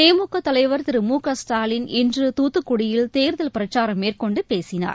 திமுகதலைவர் திரு மு க ஸ்டாலின் இன்று துத்துக்குடியில் தேர்தல் பிரச்சாரம் மேற்கொண்டுபேசினார்